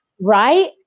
right